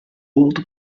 old